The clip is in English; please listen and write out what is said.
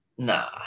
Nah